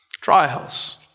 Trials